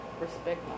respect